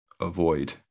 avoid